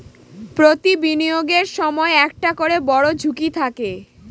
প্রতি বিনিয়োগের সময় একটা করে বড়ো ঝুঁকি থাকে